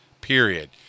period